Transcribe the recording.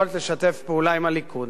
יכולת לשתף פעולה עם הליכוד.